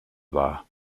war